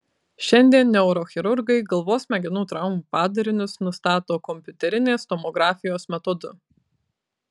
šiandien neurochirurgai galvos smegenų traumų padarinius nustato kompiuterinės tomografijos metodu